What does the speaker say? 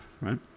right